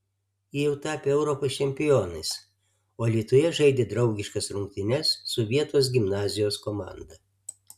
jie jau tapę europos čempionais o alytuje žaidė draugiškas rungtynes su vietos gimnazijos komanda